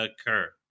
occur